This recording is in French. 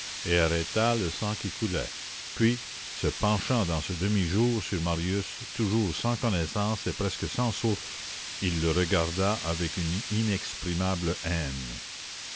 arrêta le sang qui coulait puis se penchant dans ce demi-jour sur marius toujours sans connaissance et presque sans souffle il le regarda avec une inexprimable haine